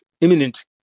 imminent